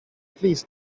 please